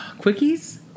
Quickies